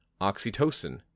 oxytocin